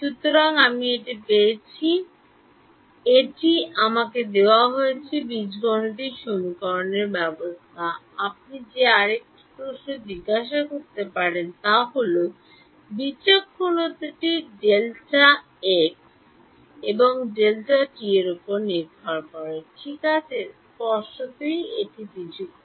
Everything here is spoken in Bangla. সুতরাং আমি এটি পেয়েছি এটি আমাকে দেওয়া হয়েছে বীজগণিত সমীকরণের ব্যবস্থা আপনি যে আরেকটি প্রশ্ন জিজ্ঞাসা করতে পারেন তা হল এই বিচক্ষণতাটি ডেল্টা এক্স এবং ডেল্টা টি উপর নির্ভর করে ঠিক আছে স্পষ্টতই এটি বিযুক্ত